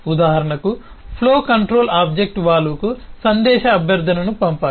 ఉదాహరణకు flow controller object వాల్వ్కు సందేశ అభ్యర్థనను పంపాలి